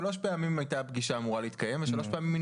שלוש פעמים הייתה הפגישה אמורה להתקיים ושלוש פעמים היא